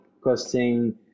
costing